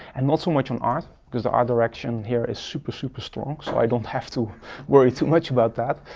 and not so much on art because the art direction here is super, super strong so i don't have to worry too much about that.